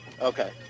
Okay